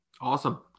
Awesome